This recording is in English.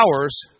hours